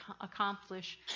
accomplish